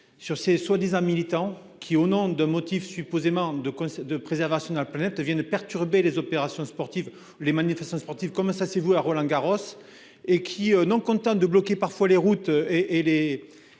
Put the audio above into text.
Sur ces soi-disant militants qui au nom de motif supposé manque de connaissance de préservation de la planète, viennent perturber les opérations sportives les manifestants sportive comme ça, c'est vous à Roland Garros et qui, non content de bloquer parfois les routes et et